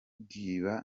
kwiba